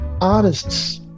Artists